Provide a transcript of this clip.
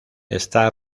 está